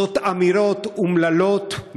אלה אמירות אומללות,